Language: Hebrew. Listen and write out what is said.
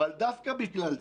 אבל דווקא בגלל זה,